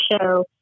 show